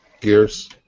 Gears